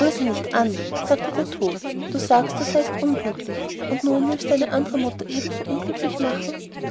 rühre sie nicht an sagte der tod du sagst du seiest unglücklich und nun willst du eine andere mutter eben so unglücklich machen